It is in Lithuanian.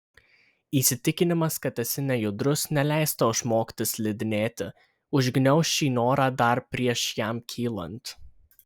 įsitikinimas kad esi nejudrus neleis tau išmokti slidinėti užgniauš šį norą dar prieš jam kylant